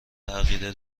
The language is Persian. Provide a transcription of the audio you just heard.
عقیده